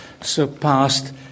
surpassed